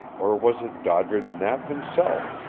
or was it doddridge knapp himself,